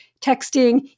texting